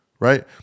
Right